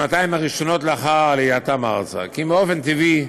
לאחר עלייתם ארצה, כי באופן טבעי,